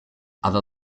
other